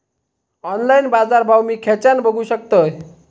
Online बाजारभाव मी खेच्यान बघू शकतय?